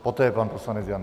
Poté pan poslanec Janda.